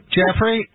Jeffrey